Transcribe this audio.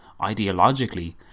ideologically